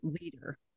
leader